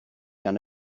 gan